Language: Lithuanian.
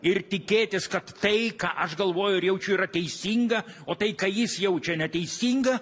ir tikėtis kad tai ką aš galvoju ir jaučiu yra teisinga o tai ką jis jaučia neteisinga